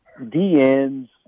DNs